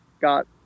got